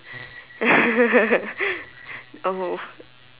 oh